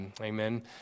Amen